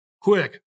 Quick